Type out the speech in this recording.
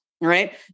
right